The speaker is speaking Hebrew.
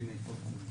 הינה, היא פה.